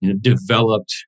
developed